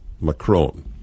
Macron